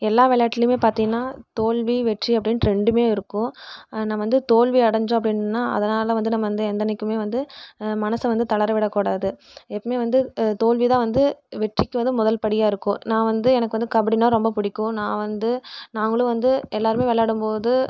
எல்லா விளையாட்டுலையுமே பார்த்திங்கன்னா தோல்வி வெற்றி அப்படின்னு ரெண்டுமே இருக்கும் நம்ம வந்து தோல்வி அடைஞ்சோம் அப்படின்னா அதனால் வந்து நம்ம வந்து என்னென்னைக்குமே வந்து மனசை வந்து தளர விடக்கூடாது எப்பவுமே வந்து தோல்விதான் வந்து வெற்றிக்கு வந்து முதல் படியாக இருக்கும் நான் வந்து எனக்கு வந்து கபடினால் ரொம்ப பிடிக்கும் நான் வந்து நாங்களும் வந்து எல்லாருமே விளையாடும்போது